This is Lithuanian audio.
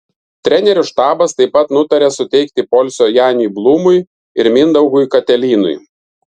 trenerių štabas taip pat nutarė suteikti poilsio janiui blūmui ir mindaugui katelynui